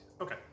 okay